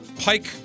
Pike